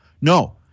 no